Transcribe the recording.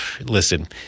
Listen